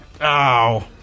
Ow